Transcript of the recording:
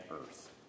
earth